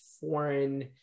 foreign